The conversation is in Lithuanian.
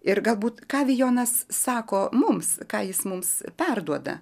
ir galbūt ką vijonas sako mums ką jis mums perduoda